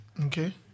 Okay